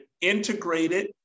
integrated